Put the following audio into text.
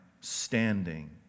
standing